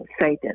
Satan